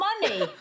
money